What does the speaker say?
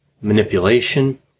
manipulation